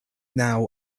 now